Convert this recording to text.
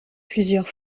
plusieurs